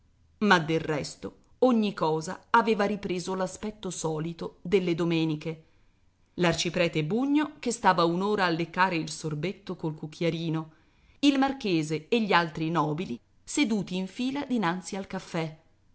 ma del resto ogni cosa aveva ripreso l'aspetto solito delle domeniche l'arciprete bugno che stava un'ora a leccare il sorbetto col cucchiarino il marchese e gli altri nobili seduti in fila dinanzi al caffè